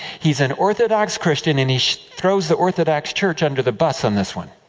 he is an orthodox christian, and he throws the orthodox church under the bus on this one.